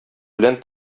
белән